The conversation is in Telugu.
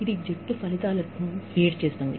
ఇది జట్టు ఫలితాల్లోకి ఫీడ్ అవుతుంది